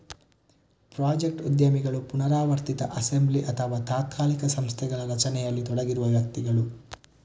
project ಉದ್ಯಮಿಗಳು ಪುನರಾವರ್ತಿತ assembly ಅಥವಾ ತಾತ್ಕಾಲಿಕ ಸಂಸ್ಥೆಗಳ ರಚನೆಯಲ್ಲಿ ತೊಡಗಿರುವ ವ್ಯಕ್ತಿಗಳು